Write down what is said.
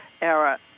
era